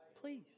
please